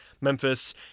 Memphis